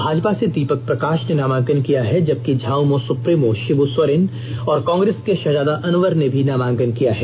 भाजपा से दीपक प्रकाष ने नामांकन किया है जबकि झामुमो सुप्रीमो षिंबु सोरेन और कांग्रेस के शहजादा अनवर ने भी नामांकन किया है